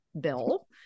Bill